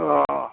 अ